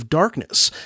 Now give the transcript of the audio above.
darkness—